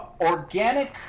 organic